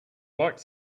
like